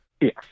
Yes